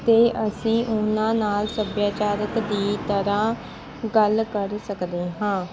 ਅਤੇ ਅਸੀਂ ਉਹਨਾਂ ਨਾਲ ਸੱਭਿਆਚਾਰਿਕ ਦੀ ਤਰ੍ਹਾਂ ਗੱਲ ਕਰ ਸਕਦੇ ਹਾਂ